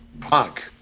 punk